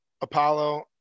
Apollo